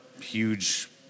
huge